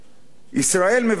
ישראל מבקשת